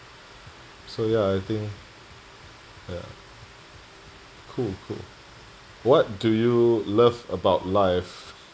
so ya I think ya cool cool what do you love about life